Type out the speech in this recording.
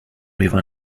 river